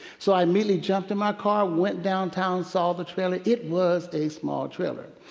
so i immediately jumped in my car, went downtown, saw the trailer it was a small trailer.